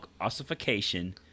ossification